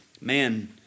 Man